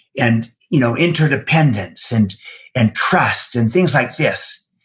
and you know interdependence, and and trust and things like this.